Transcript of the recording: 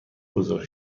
بزرگ